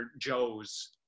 Joes